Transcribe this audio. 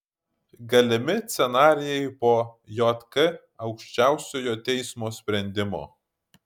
galimi scenarijai po jk aukščiausiojo teismo sprendimo